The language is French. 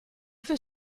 veut